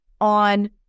on